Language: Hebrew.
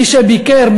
מי שביקר,